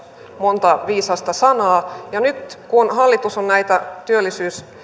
monta viisasta sanaa nyt kun hallitus on näitä työllisyys